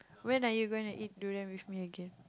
when are you going to eat durian with me again